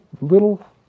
little